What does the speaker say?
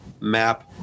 map